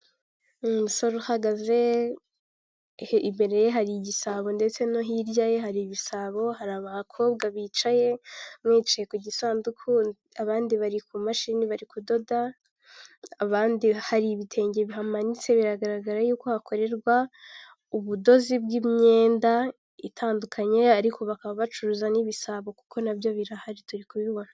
Ikibuga cy'umupira w'amaguru kirimo amapoto abiri rimwe riryamye irindi rihagaze ikibuga gikikijwe n'ibiti ndetse kigizwe n'amapoto ndetse ntabwo kirarangizwa kubakwa.